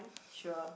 sure